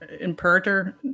imperator